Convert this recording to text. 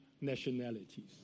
nationalities